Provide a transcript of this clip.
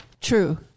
True